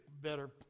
better